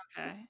okay